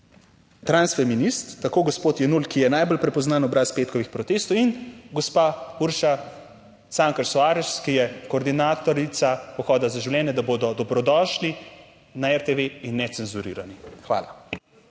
transfeminist, tako gospod Jenull, ki je najbolj prepoznaven obraz petkovih protestov, in gospa Urša Cankar Soares, ki je koordinatorica pohoda za življenje, da bodo dobrodošli na RTV in Necenzurirani. Hvala.